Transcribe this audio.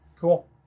Cool